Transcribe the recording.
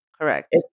Correct